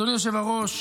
אדוני היושב-ראש,